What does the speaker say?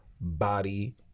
body